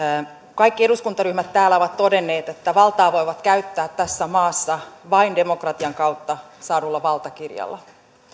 kaikki eduskuntaryhmät täällä ovat todenneet että valtaa voi käyttää tässä maassa vain demokratian kautta saadulla valtakirjalla